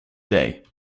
day